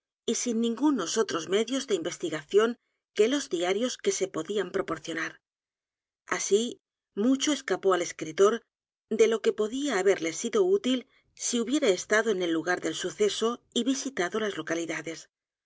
y sin ningunos otros medios de investigación que los diarios que se podían proporcionar asi mucho escapó al escritor de lo que podía haberle sido útil si hubiera estado en el lugar del suceso y visitado las localidades